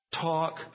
talk